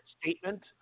statement